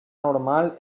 normal